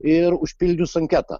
ir užpildžius anketą